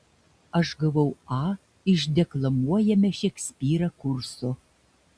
aš gavau a iš deklamuojame šekspyrą kurso